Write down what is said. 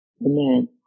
Amen